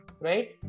right